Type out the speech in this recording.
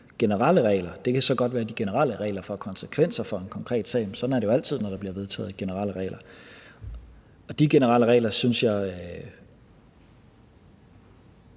Det kan så godt være, at de generelle regler får konsekvenser for en konkret sag, men sådan er det jo altid, når der bliver vedtaget generelle regler. Et lovforslag om de generelle regler synes jeg